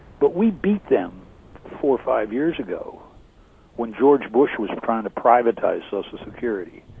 but we've been them for five years ago when george bush was trying to privatize social security